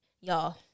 y'all